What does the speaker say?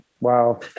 Wow